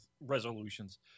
resolutions